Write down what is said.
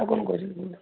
ଆଉ କ'ଣ କହୁଛନ୍ତି କୁହନ୍ତୁ